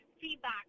feedback